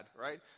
right